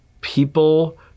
people